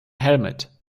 helmet